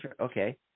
Okay